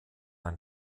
ein